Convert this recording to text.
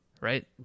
Right